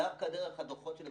דווקא דרך הדוחות של הביקורת,